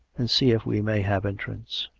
and see if we may have entrance.